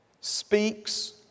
speaks